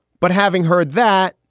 but having heard that.